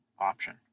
option